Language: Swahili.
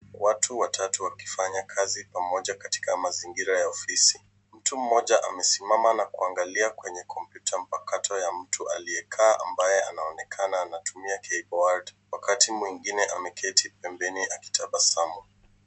Watu watatu wakifanya kazi pamoja katika mazingira ya ofisi. Mtu mmoja amesimama na kuangalia kwenye kompyuta mpakato ya mtu aliyekaa ambaye anaonekana anatumia keyboard , wakati mwingine ameketi pembeni akitabasamu.